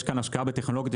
יש כאן השקעה בטכנולוגיות,